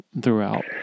throughout